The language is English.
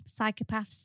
psychopaths